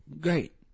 Great